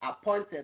appointed